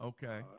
Okay